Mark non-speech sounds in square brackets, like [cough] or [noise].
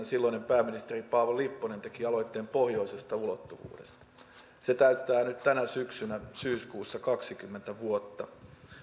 [unintelligible] silloinen pääministeri paavo lipponen teki aloitteen pohjoisesta ulottuvuudesta se täyttää nyt tänä syksynä syyskuussa kaksikymmentä vuotta